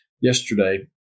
yesterday